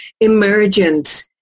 emergent